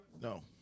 No